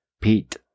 Pete